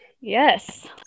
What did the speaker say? Yes